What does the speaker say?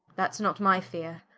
that's not my feare,